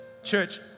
Church